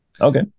Okay